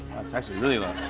that's actually really low.